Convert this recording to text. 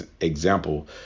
example